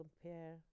compare